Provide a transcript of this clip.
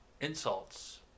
insults